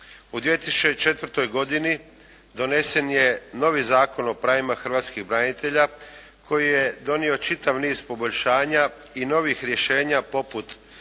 U 2004. godini donesen je novi Zakon o pravima hrvatskih branitelja koji je donio čitav niz poboljšanja i novih rješenja poput